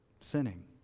Sinning